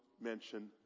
mention